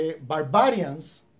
barbarians